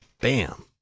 Bam